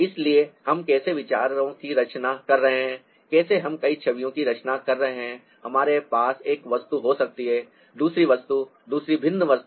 इसलिए हम कैसे विचारों की रचना कर रहे हैं कैसे हम कई छवियों की रचना कर रहे हैं हमारे पास एक वस्तु हो सकती है दूसरी वस्तु दूसरी भिन्न वस्तु